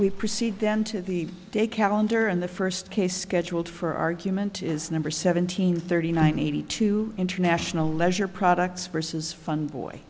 we proceed then to the day calendar and the first case scheduled for argument is number seventeen thirty nine eighty two international leisure products versus fun boy